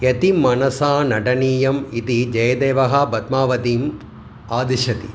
यदि मनसा नर्तनीयम् इति जयदेवः पद्मावतिम् आदिशति